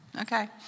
Okay